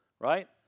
right